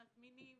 מזמינים",